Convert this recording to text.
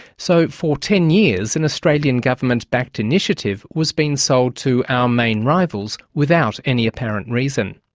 so for ten years, an australian government backed initiative was being sold to our main rivals without any apparent reason.